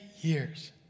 years